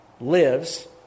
lives